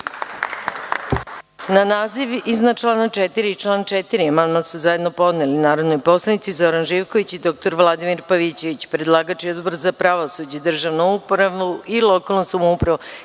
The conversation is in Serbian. Na naziv iznad člana 4. i član 4. amandman su zajedno podneli narodni poslanici Zoran Živković i dr Vladimir Pavićević. Predlagač i Odbor za pravosuđe, državnu upravu i lokalnu samoupravu